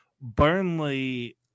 Burnley